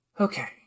Okay